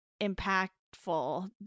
impactful